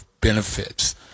benefits